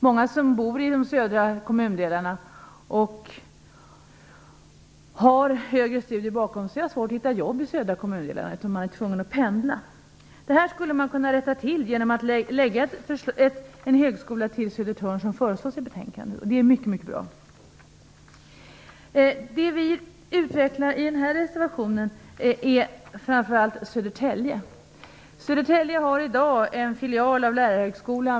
Många som bor i de södra kommundelarna och har högre studier bakom sig har svårt att hitta jobb i de södra kommundelarna. De är tvungna att pendla. Det här skulle man kunna rätta till genom att förlägga en högskola till Södertörn, som föreslås i betänkandet. Det är mycket bra. Det vi utvecklar i den här reservationen är framför allt Södertälje. Södertälje har i dag en filial av lärarhögskolan.